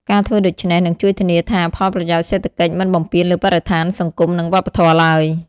ការធ្វើដូច្នេះនឹងជួយធានាថា ផលប្រយោជន៍សេដ្ឋកិច្ចមិនបំពានលើបរិស្ថាន សង្គម និងវប្បធម៌ឡើយ។